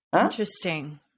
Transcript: Interesting